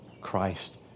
Christ